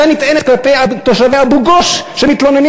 הייתה נטענת כלפי תושבי אבו-גוש שמתלוננים